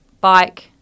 bike